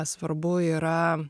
svarbu yra